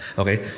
okay